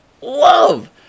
love